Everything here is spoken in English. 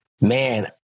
man